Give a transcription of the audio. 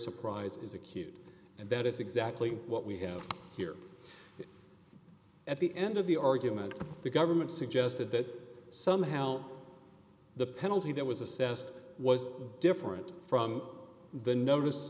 surprises acute and that is exactly what we have here at the end of the argument the government suggested that somehow the penalty that was assessed was different from the notice